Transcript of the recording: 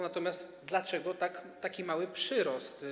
Natomiast dlaczego taki mały przyrost?